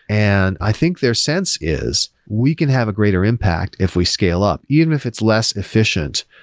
and i think their sense is we can have a greater impact if we scale up, even if it's less efficient.